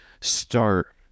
start